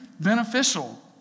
beneficial